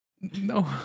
no